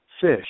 fish